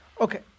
Okay